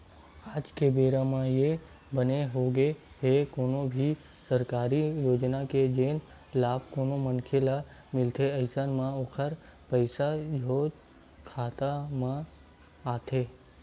आज के बेरा म ये बने होगे हे कोनो भी सरकारी योजना के जेन लाभ कोनो मनखे ल मिलथे अइसन म ओखर पइसा सोझ खाता म आथे